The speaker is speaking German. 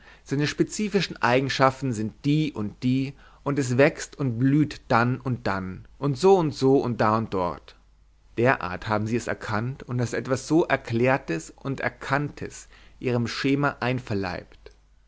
seine spezifischen eigenschaften sind die und die und es wächst und blüht dann und dann und so und so und da und dort derart haben sie es erkannt und als etwas so erklärtes und erkanntes ihrem schema einverleibt